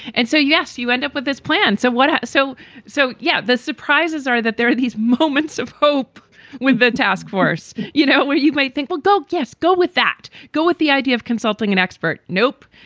and so, yes, you end up with this plan. so what? so so, yeah, the surprises are that there are these moments of hope with the task force, you know, where you might think, well, go yes, go with that. go with the idea of consulting an expert. nope.